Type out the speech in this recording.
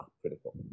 critical